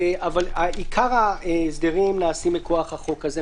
אבל עיקר ההסדרים נעשים מכוח החוק הזה,